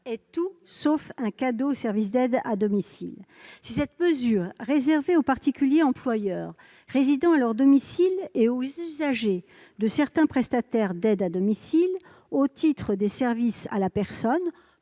est tout sauf un cadeau aux services d'aide à domicile. Cette mesure est réservée aux particuliers employeurs résidant à leur domicile et aux usagers de certains prestataires d'aide à domicile, au titre des services à la personne